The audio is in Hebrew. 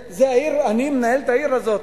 אני מנהל את העיר הזאת.